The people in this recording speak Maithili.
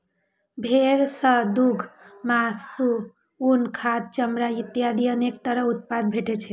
भेड़ सं दूघ, मासु, उन, खाद, चमड़ा इत्यादि अनेक तरह उत्पाद भेटै छै